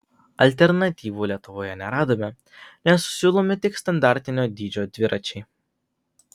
alternatyvų lietuvoje neradome nes siūlomi tik standartinio dydžio dviračiai